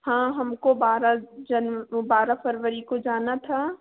हाँ हमको बारह जन वह बारह फरवरी को जाना था